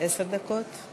חבר הכנסת קיש,